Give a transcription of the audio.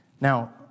Now